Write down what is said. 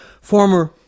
former